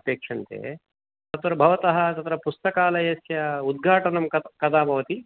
अपेक्ष्यन्ते तत्र भवतः तत्र पुस्तकालयस्य उद्घाटनं कदा कदा भवति